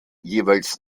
jeweils